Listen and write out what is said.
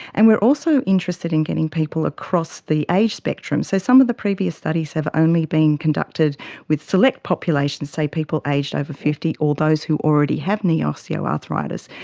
and we are also interested in getting people across the age spectrum. so, some of the previous studies have only been conducted with select populations, say people aged over fifty, or those who already have knee osteoarthritis,